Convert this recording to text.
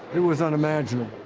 it was unimaginable.